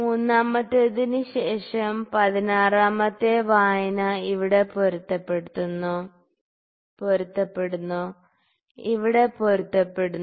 മൂന്നാമത്തേതിന് ശേഷം 16 മത്തെ വായന ഇവിടെ പൊരുത്തപ്പെടുന്നു ഇവിടെ പൊരുത്തപ്പെടുന്നു